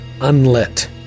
unlit